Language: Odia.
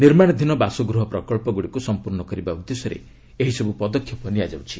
ନିର୍ମାଣାଧୀନ ବାସଗୃହ ପ୍ରକଳ୍ପଗୁଡ଼ିକୁ ସମ୍ପର୍ଣ୍ଣ କରିବା ଉଦ୍ଦେଶ୍ୟରେ ଏହିସବୁ ପଦକ୍ଷେପ ନିଆଯାଉଛି